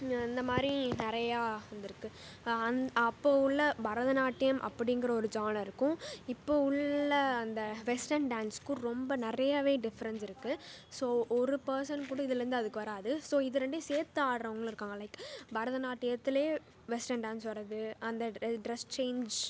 இந்தமாதிரி நிறையா வந்துருக்குது அன் அப்போ உள்ள பரதநாட்டியம் அப்படிங்கிற ஒரு ஜோனருக்கும் இப்போ உள்ள அந்த வெஸ்டன் டான்ஸ்க்கும் ரொம்ப நிறையவே டிஃப்ரன்ஸ் இருக்குது ஸோ ஒரு பர்சன்ட் கூட இதுலேருந்து அதுக்கு வராது ஸோ இது ரெண்டையும் சேர்த்து ஆடுகிறவங்களும் இருக்காங்க லைக் பரதநாட்டியத்தில் வெஸ்டன் டான்ஸ் வரது அந்த ட்ரெஸ் சேன்ஜ்